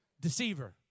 Deceiver